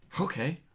Okay